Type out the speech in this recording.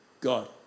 God